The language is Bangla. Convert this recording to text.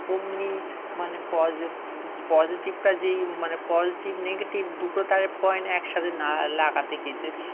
অমনি মানে প পজিটিভটা যেই মানে পজিটিভ নেগেটিভ দুটো তারের পয়েন্ট একসাথে না লাগাতে গিয়েছে